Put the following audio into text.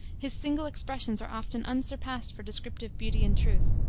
his single expressions are often unsurpassed for descriptive beauty and truth.